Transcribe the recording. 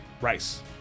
Rice